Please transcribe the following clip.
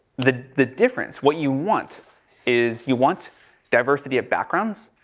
the, the difference what you want is you want diversity of backgrounds,